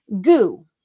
goo